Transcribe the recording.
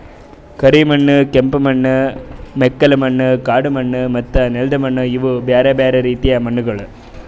ಕರಿ ಮಣ್ಣು, ಕೆಂಪು ಮಣ್ಣು, ಮೆಕ್ಕಲು ಮಣ್ಣು, ಕಾಡು ಮಣ್ಣು ಮತ್ತ ನೆಲ್ದ ಮಣ್ಣು ಇವು ಬ್ಯಾರೆ ಬ್ಯಾರೆ ರೀತಿದು ಮಣ್ಣಗೊಳ್